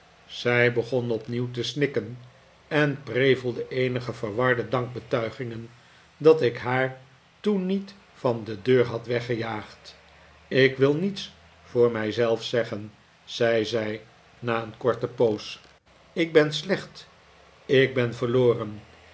zij begon opnieuw te snikken en prevelde eenige verwarde dankbetuigingen dat ik haar toen niet van de deur had weggejaagd ik wil niets voor mij zelf zeggen zei zij na een korte poos ik ben slecht ik ben verloren